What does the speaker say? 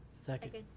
Second